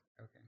Okay